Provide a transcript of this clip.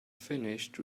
finished